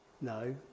No